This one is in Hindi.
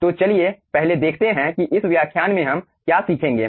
तो चलिए पहले देखते हैं कि इस व्याख्यान में हम क्या सीखेंगे